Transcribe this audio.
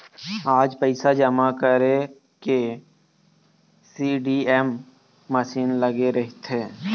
आज पइसा जमा करे के सीडीएम मसीन लगे रहिथे